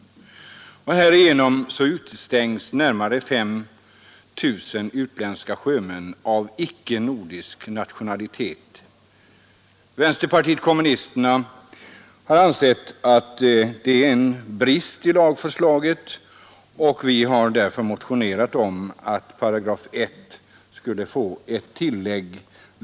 Härigenom utestängs närmare 5 000 utländska sjömän av icke-nordisk nationalitet. Vänsterpartiet kommunisterna har ansett detta vara en brist i lagförslaget. Vi har därför motionerat om att 1 § skulle få ett tillägg.